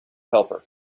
helper